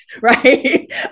right